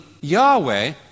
Yahweh